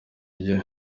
iyo